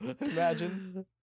Imagine